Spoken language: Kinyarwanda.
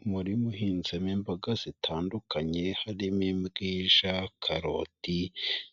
Umurima uhinzemo imboga zitandukanye harimo ubwija, karoti